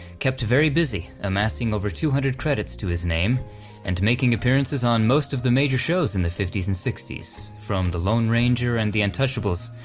kept very busy, amassing over two hundred credits to his name and making appearances on most of the major shows in the fifty s and sixty s from the lone ranger and the untouchables,